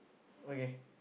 okay